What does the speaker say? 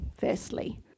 firstly